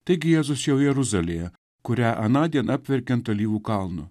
taigi jėzus jau jeruzalėj kurią anądien apverkiant alyvų kalnu